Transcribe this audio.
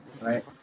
right